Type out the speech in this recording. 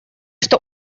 что